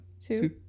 two